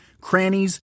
crannies